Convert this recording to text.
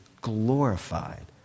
glorified